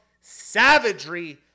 savagery